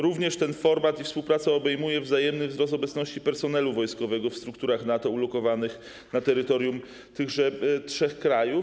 Również ten format i współpraca obejmują wzajemne zwiększenie obecności personelu wojskowego w strukturach NATO ulokowanych na terytorium tychże trzech krajów.